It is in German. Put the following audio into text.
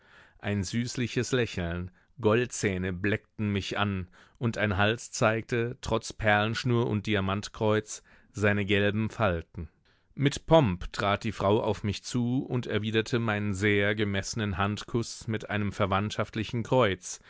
ein süßliches lächeln goldzähne bleckten mich an und ein hals zeigte trotz perlenschnur und diamantkreuz seine gelben falten mit pomp trat die frau auf mich zu und erwiderte meinen sehr gemessenen handkuß mit einem verwandtschaftlichen kreuz